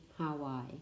Hawaii